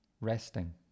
Resting